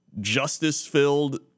justice-filled